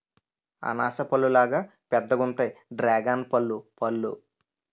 అనాస పల్లులాగా పెద్దగుంతాయి డ్రేగన్పల్లు పళ్ళు